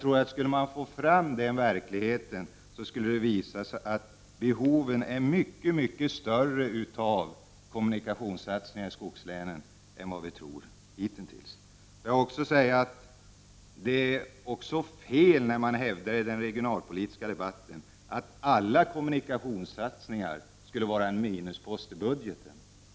Om den verkligheten redovisades skulle det framgå att behoven av kommunikationssatsningar i skogslänen är mycket större än man hittills har trott. Det är också fel att i den regionalpolitiska debatten hävda att alla kommunikationssatsningar är en minuspost i budgeten.